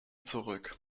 zurück